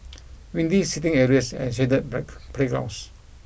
windy seating areas and shaded break playgrounds